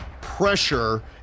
pressure